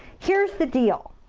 here's the deal.